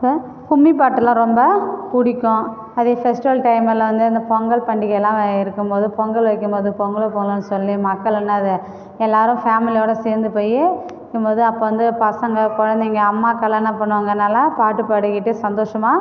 க கும்மி பாட்டுலாம் ரொம்ப பிடிக்கும் அதே ஃபெஸ்டிவல் டைம்லலாம் வந்து இந்த பொங்கல் பண்டிகைலாம் இருக்கும் போது பொங்கல் வைக்கும் போது பொங்கலோ பொங்கல்னு சொல்லி மக்களெல்லாம் அதை எல்லோரும் ஃபேமிலியோடய சேர்ந்து போய் இருக்கும் போது அப்போ வந்து பசங்க குழந்தைங்க அம்மாக்கள்லாம் என்ன பண்ணுவாங்கள் நல்லா பாட்டு பாடிக்கிட்டு சந்தோஷமாக